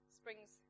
springs